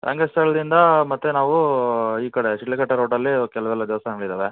ರಂಗಸ್ಥಳದಿಂದ ಮತ್ತೆ ನಾವು ಈ ಕಡೆ ಶಿಡ್ಲಘಟ್ಟ ರೋಡಲ್ಲಿ ಕೆಲವೆಲ್ಲ ದೇವಸ್ಥಾನಗಳಿದ್ದಾವೆ